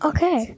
Okay